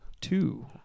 two